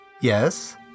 Yes